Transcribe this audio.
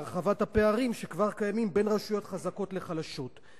להרחבת הפערים שכבר קיימים בין רשויות חזקות לחלשות.